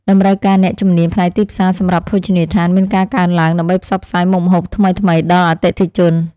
តម្រូវការអ្នកជំនាញផ្នែកទីផ្សារសម្រាប់ភោជនីយដ្ឋានមានការកើនឡើង ដើម្បីផ្សព្វផ្សាយមុខម្ហូបថ្មីៗដល់អតិថិជន។